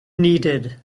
needed